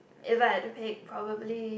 if I at the peak probably